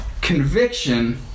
conviction